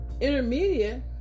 Intermediate